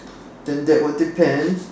then that would depends